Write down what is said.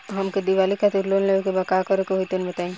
हमके दीवाली खातिर लोन लेवे के बा का करे के होई तनि बताई?